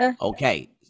Okay